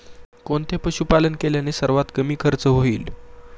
कोणते पशुपालन केल्याने सर्वात कमी खर्च होईल?